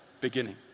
beginning